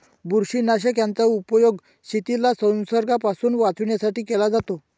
बुरशीनाशक याचा उपयोग शेतीला संसर्गापासून वाचवण्यासाठी केला जातो